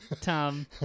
Tom